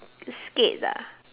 skate ah